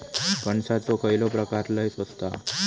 कणसाचो खयलो प्रकार लय स्वस्त हा?